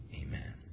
amen